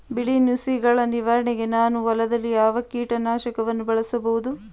ಬಿಳಿ ನುಸಿಗಳ ನಿವಾರಣೆಗೆ ನಾನು ಹೊಲದಲ್ಲಿ ಯಾವ ಕೀಟ ನಾಶಕವನ್ನು ಬಳಸಬಹುದು?